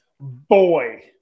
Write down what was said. boy